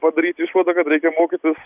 padaryt išvadą kad reikia mokytis